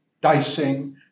dicing